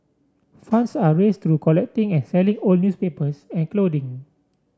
funds are raised through collecting and selling old newspapers and clothing